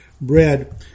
bread